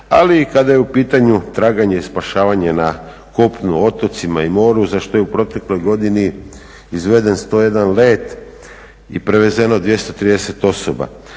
ali i kada je u pitanju i traganje i spašavanje na kopnu, otocima i moru za što je u protekloj godini izveden 101 let i prevezeno 230 osoba.